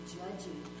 judging